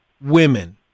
women